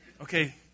Okay